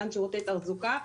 מתן שירותי תחזוקה,